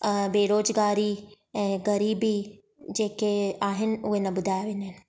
बेरोज़गारी ऐं ग़रीबी जेके आहिनि उहे न ॿुधायां वेंदा आहिनि